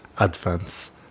advance